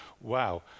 wow